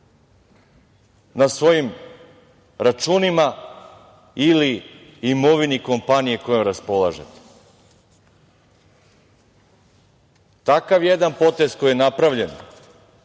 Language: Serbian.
na svojim računima ili imovini kompanije kojom raspolažete? Takav jedan potez koji je napravljen